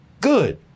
good